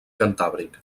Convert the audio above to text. cantàbric